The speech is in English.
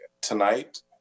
tonight